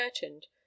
curtained